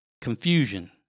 Confusion